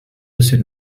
bisher